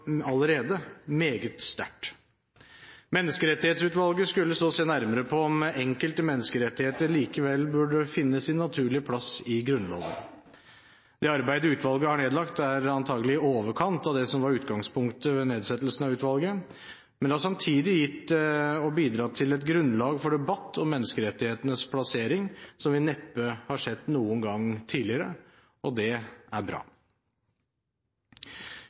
allerede meget sterkt. Menneskerettighetsutvalget skulle så se nærmere på om enkelte menneskerettigheter likevel burde finne sin naturlige plass i Grunnloven. Det arbeidet utvalget har nedlagt, er antakelig i overkant av det som var utgangspunktet ved nedsettelsen av utvalget. Men det har samtidig gitt og bidratt til et grunnlag for debatt om menneskerettighetenes plassering som vi neppe har sett noen gang tidligere, og det er bra.